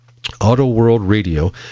Autoworldradio